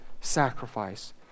sacrifice